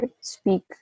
speak